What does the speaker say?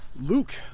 Luke